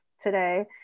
today